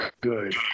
good